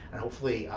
hopefully,